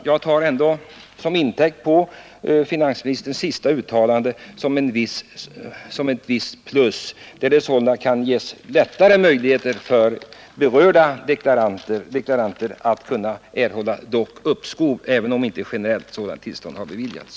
Jag betraktar ändå finansministerns sista uttalande som ett visst plus, då det sålunda lättare kan ges möjligheter för berörda deklaranter att erhålla uppskov, även om inte generellt tillstånd har beviljats.